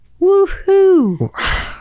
Woohoo